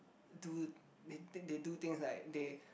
do they they do things like they